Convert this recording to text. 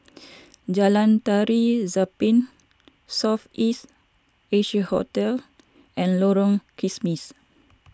Jalan Tari Zapin South East Asia Hotel and Lorong Kismis